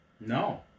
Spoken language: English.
No